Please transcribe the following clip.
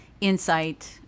insight